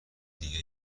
دیگه